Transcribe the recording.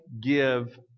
give